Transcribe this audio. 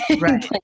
Right